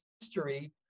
history